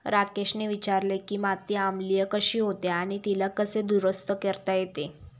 राकेशने विचारले की माती आम्लीय कशी होते आणि तिला कसे दुरुस्त करता येईल?